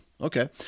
Okay